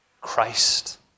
Christ